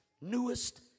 newest